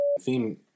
theme